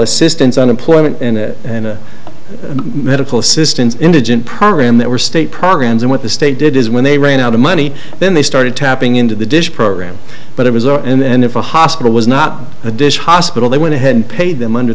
assistance unemployment and medical assistance indigent program they were state programs and what the state did is when they ran out of money then they started tapping into the dish program but it was and if a hospital was not a dish hospital they went ahead and paid them under